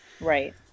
right